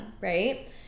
right